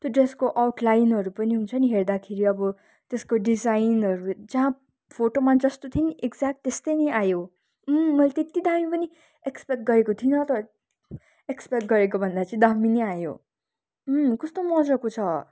त्यो ड्रेसको आउटलाइनहरू पनि हुन्छ नि हेर्दाखेरि अब त्यसको डिजाइनहरू जहाँ फोटोमा जस्तो थियो नि एकज्याक्ट त्यस्तै नै आयो अँ मैले त्यति दामी पनि एक्स्पेक्ट गरेको थिइनँ त एक्स्पेक्ट गरेकोभन्दा चाहिँ दामी नै आयो अँ कस्तो मज्जाको छ